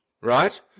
Right